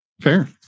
fair